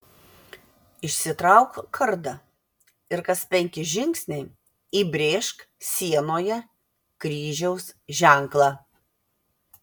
išsitrauk kardą ir kas penki žingsniai įbrėžk sienoje kryžiaus ženklą